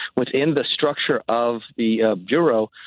within the structure of the ah bureau,